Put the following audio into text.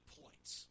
points